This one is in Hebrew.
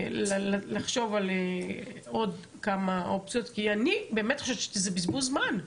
לחשוב על עוד כמה אופציות כי אני באמת חושבת שזה בזבוז זמן.